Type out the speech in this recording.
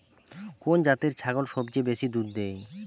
কোন জাতের ছাগল সবচেয়ে বেশি দুধ দেয়?